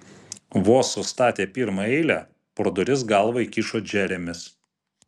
vos sustatė pirmą eilę pro duris galvą įkišo džeremis